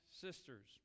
sisters